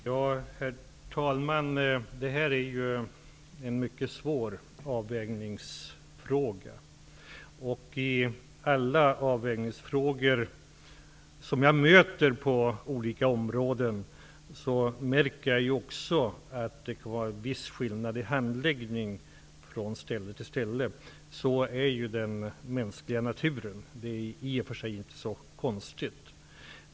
Herr talman! Det här är en mycket svår avvägningsfråga. I alla avvägningsfrågor på olika områden som jag möter, märker jag att det är viss skillnad i handläggning från ställe till ställe. Så är den mänskliga naturen. Det är i och för sig inte så konstigt.